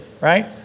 right